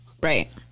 right